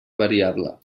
variable